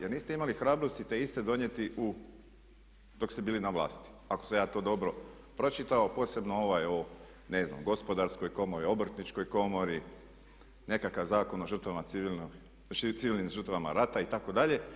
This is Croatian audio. Jer niste imali hrabrosti te iste donijeti dok ste bili na vlasti ako sam ja to dobro pročitao posebno ovaj o Gospodarskoj komori, Obrtničkoj komori, nekakav Zakon o civilnim žrtvama rata itd.